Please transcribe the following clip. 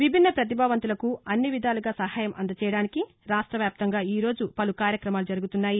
విభిన్న పతిభావంతులకు అన్ని విధాలుగా సహాయం అందజేయడానికి రాష్ట వ్యాప్తంగా ఈ రోజు పలు కార్యక్రమాలు జరుగుతున్నాయి